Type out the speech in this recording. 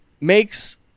makes